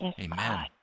Amen